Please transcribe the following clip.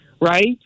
Right